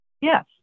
Yes